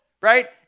Right